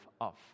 off